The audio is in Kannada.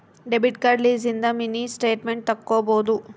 ಡೆಬಿಟ್ ಕಾರ್ಡ್ ಲಿಸಿಂದ ಮಿನಿ ಸ್ಟೇಟ್ಮೆಂಟ್ ತಕ್ಕೊಬೊದು